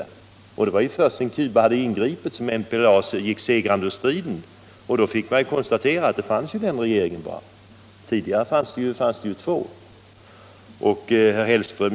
Det var först sedan Cuba hade ingripit som MPLA gick segrande ur striden, och då fick man konstatera att det bara fanns den regeringen. Tidigare fanns det två.